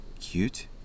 Cute